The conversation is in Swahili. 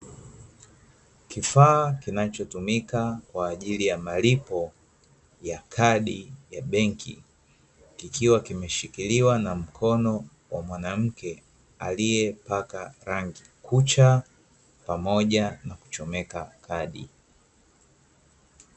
Kifaa kinacho tumika kwajili ya malipo ya kadi ya banki kikiwa kimeshikiliwa na mkono wa mwanamke, aliye paka rangi kucha pamoja na kuchomeka kadi.